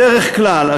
בדרך כלל,